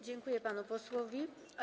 Dziękuję panu posłowi.